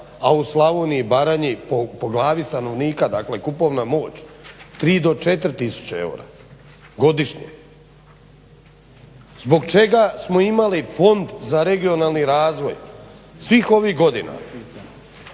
a u Slavoniji i Baranji po glavi stanovnika dakle kupovna moć 3 do 4 tisuće eura godišnje. Zbog čega smo imali Fond za regionalni razvoj svih ovih godina